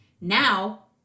Now